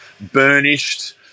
burnished